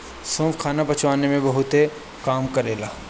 सौंफ खाना पचवला में भी बहुते काम करेला